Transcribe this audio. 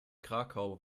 krakau